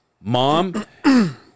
mom